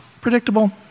predictable